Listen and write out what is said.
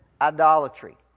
idolatry